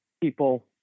people